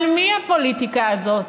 על מי הפוליטיקה הזאת?